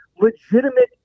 legitimate